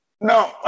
No